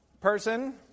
person